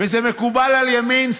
וזה מקובל על ימין,